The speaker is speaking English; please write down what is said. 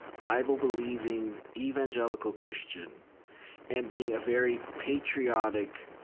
bible-believing evangelical christian and being a very patriotic,